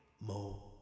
more